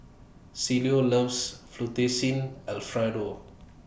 Cielo loves Fettuccine Alfredo